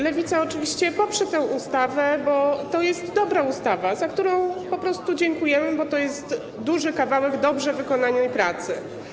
Lewica oczywiście poprze tę ustawę, bo to jest dobra ustawa, za którą po prostu dziękujemy, bo to jest duży kawałek dobrze wykonanej pracy.